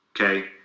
okay